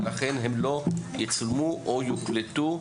ולכן הם לא יצולמו או יוקלטו,